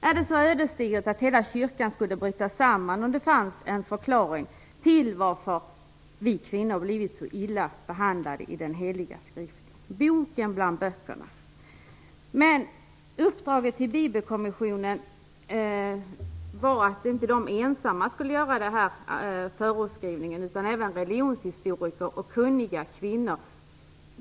Är det så ödesdigert att hela kyrkan skulle bryta samman, om det här fanns en förklaring till att vi kvinnor blivit så illa behandlade i Den heliga skrift, Böckernas bok? Uppdraget till Bibelkommissionen innefattade inte att den ensam skulle skriva förordet, utan det skulle utformas gemensamt med religionshistoriker och kunniga kvinnor.